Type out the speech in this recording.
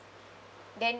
then